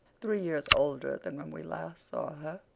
three years older than when we last saw her,